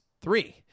three